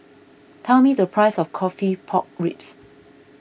tell me the price of Coffee Pork Ribs